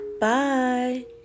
Bye